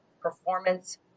performance